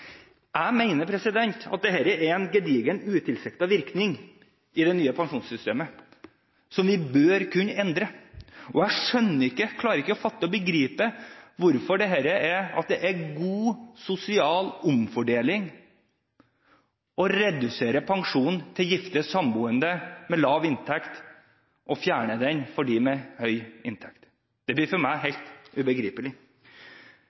Jeg mener at dette er en gedigen, utilsiktet virkning i det nye pensjonssystemet som vi bør kunne endre. Jeg skjønner ikke – klarer ikke å fatte og begripe – at det er god, sosial omfordeling å redusere pensjonen til gifte eller samboende med lav inntekt og fjerne den for dem med høy inntekt. Det blir for meg